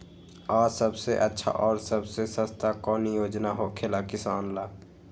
आ सबसे अच्छा और सबसे सस्ता कौन योजना होखेला किसान ला?